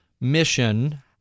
mission